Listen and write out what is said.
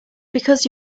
because